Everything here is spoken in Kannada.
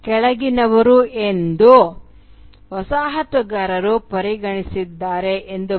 ಆದರೆ ಸ್ಥಿರ ಸಾಂಸ್ಕೃತಿಕ ಸಾರಗಳ ಈ ಕಲ್ಪನೆಯನ್ನು ಒತ್ತಿಹೇಳುವ ಮತ್ತು ದುರ್ಬಲಗೊಳಿಸುವ ಸಮಸ್ಯೆಯನ್ನು ನಾವು ವ್ಯಾಪಕವಾಗಿ ನಿಭಾಯಿಸಿದ್ದರಿಂದ ನಾನು ಅವುಗಳಿಗೆ ಹೋಗುವುದಿಲ್ಲ